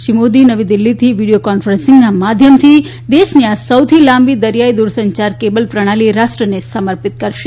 શ્રી મોદી નવી દિલ્ફીથી વીડીયો કોન્ફરન્સીંગના માધ્યમથી દેશની આ સૌથી લાંબી દરીયાઇ દુરસંચાર કેબલ પ્રણાલી રાષ્ટ્રને સમર્પિત કરશે